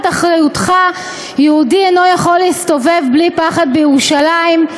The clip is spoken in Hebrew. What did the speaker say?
אחריותך יהודי אינו יכול להסתובב בלי פחד בירושלים,